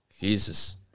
Jesus